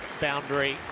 boundary